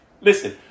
listen